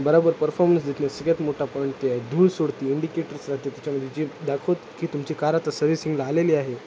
बरोबर परफॉर्मन्स देत नाही सगळ्यात मोठा पॉईंट ते आहे धूर सोडते इंडिकेटरस राहाते त्याच्यामध्ये जे दाखवतं की तुमची कार आता सर्व्हिसिंग आलेली आहे